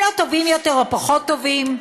הם לא טובים יותר או פחות או טובים,